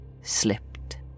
slipped